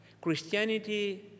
Christianity